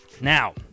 now